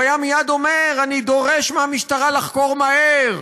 הוא היה מייד אומר: אני דורש מהמשטרה לחקור מהר,